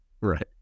Right